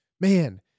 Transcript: Man